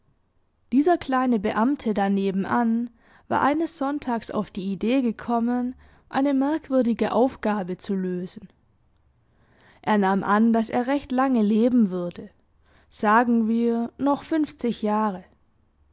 dieser kleine beamte da nebenan war eines sonntags auf die idee gekommen eine merkwürdige aufgabe zu lösen er nahm an daß er recht lange leben würde sagen wir noch fünfzig jahre